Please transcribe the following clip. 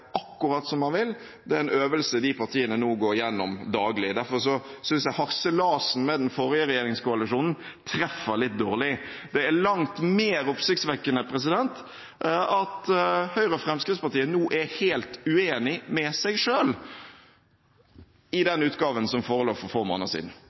er en øvelse de partiene nå går igjennom daglig – og derfor synes jeg harselasen med den forrige regjeringskoalisjonen treffer litt dårlig. Det er langt mer oppsiktsvekkende at Høyre og Fremskrittspartiet nå er helt uenig med seg selv i den utgaven som forelå for få måneder siden!